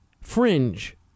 fringe